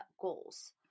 goals